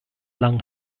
lang